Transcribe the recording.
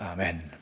Amen